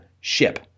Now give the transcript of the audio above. ship